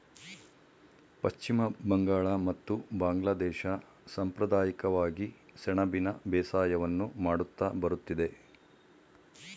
ಪಶ್ಚಿಮ ಬಂಗಾಳ ಮತ್ತು ಬಾಂಗ್ಲಾದೇಶ ಸಂಪ್ರದಾಯಿಕವಾಗಿ ಸೆಣಬಿನ ಬೇಸಾಯವನ್ನು ಮಾಡುತ್ತಾ ಬರುತ್ತಿದೆ